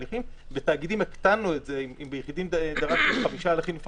הליך של תאגיד האם מתקיימים בו המאפיינים של הליך מורכב,